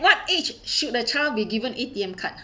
what age should a child be given A_T_M card